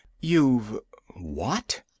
You've—what